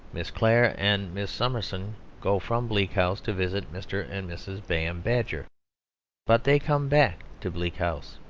miss clare and miss summerson go from bleak house to visit mr. and mrs. bayham badger but they come back to bleak house.